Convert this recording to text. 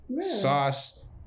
sauce